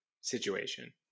situation